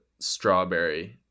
strawberry